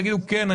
יגידו: כן,